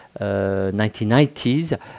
1990s